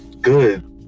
good